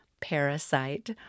parasite